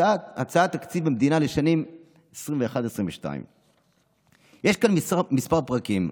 הצעת תקציב המדינה לשנים 2021 2022. יש כאן כמה פרקים.